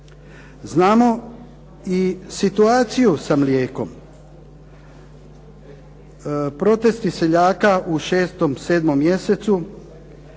Znamo i situaciju sa mlijekom. Protesti seljaka u 6, 7. mj.